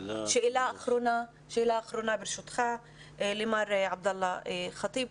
שאלה אחרונה למר עבדאללה חטיב.